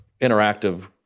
interactive